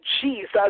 Jesus